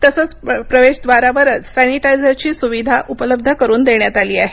तर्सेच प्रवेशद्वारावरच सॅनिटायझरची सुविधा उपलब्ध करून देण्यात आली आहे